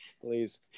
please